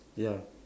ya